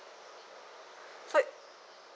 for your